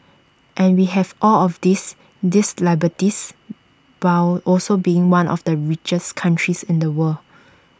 and we have all of these these liberties while also being one of the richest countries in the world